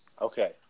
Okay